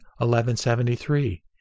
1173